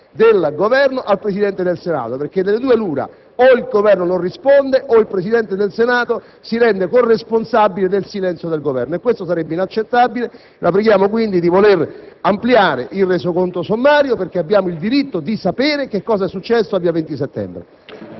del Governo al Presidente del Senato. Allora, delle due l'una: o il Governo non risponde, o il Presidente del Senato si rende corresponsabile del silenzio del Governo e questo sarebbe inaccettabile. La preghiamo, quindi, di voler ampliare quel processo verbale perché abbiamo il diritto di sapere che cosa è successo a Via XX settembre.